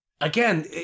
again